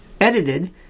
edited